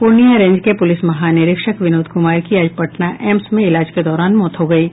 Purnia range के police महानिरीक्षक विनोद कुमार की आज पटना एम्स में इलाज की दौरान मौत हो गई है